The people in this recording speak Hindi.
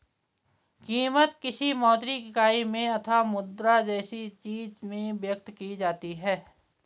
कीमत, किसी मौद्रिक इकाई में अथवा मुद्रा जैसी किसी चीज में व्यक्त की जाती है